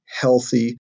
healthy